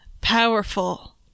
Powerful